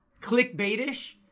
clickbaitish